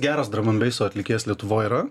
geras dramambeiso atlikėjas lietuvoj yra